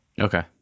Okay